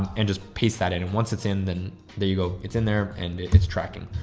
and just paste that in. and once it's in, then there you go. it's in there and it's tracking.